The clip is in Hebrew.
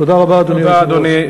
תודה רבה, אדוני היושב-ראש.